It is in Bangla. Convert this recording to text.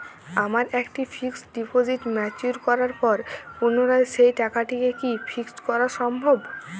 আমার একটি ফিক্সড ডিপোজিট ম্যাচিওর করার পর পুনরায় সেই টাকাটিকে কি ফিক্সড করা সম্ভব?